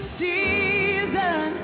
season